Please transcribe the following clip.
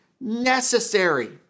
necessary